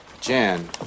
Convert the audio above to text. Jan